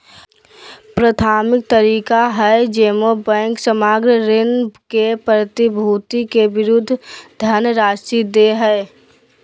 प्राथमिक तरीका हइ जेमे बैंक सामग्र ऋण के प्रतिभूति के विरुद्ध धनराशि दे हइ